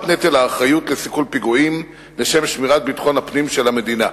נטל האחריות לסיכול פיגועים לשם שמירת ביטחון הפנים של המדינה.